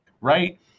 right